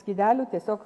skydelių tiesiog